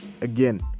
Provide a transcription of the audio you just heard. again